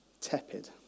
tepid